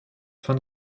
fin